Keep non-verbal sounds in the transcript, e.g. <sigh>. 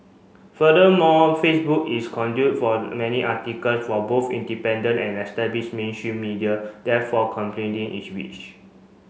furthermore Facebook is conduit for many article from both independent and establish mainstream media therefore <unintelligible> its reach